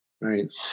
Right